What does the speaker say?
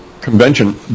convention